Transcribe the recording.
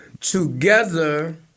Together